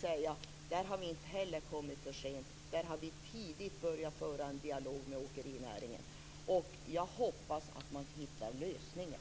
säga att där har vi inte heller kommit för sent. Vi har tidigt börjat föra en dialog med åkerinäringen, och jag hoppas att man hittar lösningar.